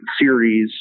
series